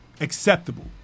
acceptable